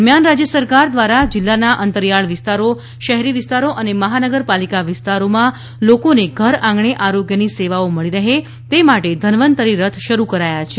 દરમ્યાન રાજ્ય સરકાર દ્વારા જિલ્લાના અંતરિયાળ વિસ્તારો શહેરી વિસ્તારો અને મહાનગરપાલિકા વિસ્તારમાં લોકોને ઘર આંગણે આરોગ્યની સેવાઈઓ મળી રહે તે માટે ધનવંતરી રથ શરૂ કરાયા છે